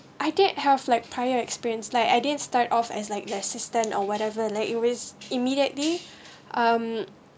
I didn't have like prior experience like I didn't start off as like their system or whatever like it was immediately um